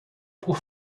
por